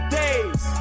days